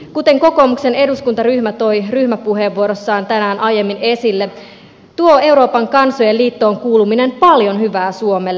kuten kokoomuksen eduskuntaryhmä toi ryhmäpuheenvuorossaan tänään aiemmin esille tuo euroopan kansojen liittoon kuuluminen paljon hyvää suomelle